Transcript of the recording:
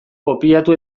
kopiatu